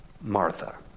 Martha